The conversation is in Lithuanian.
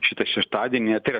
šitą šeštadienį tai yra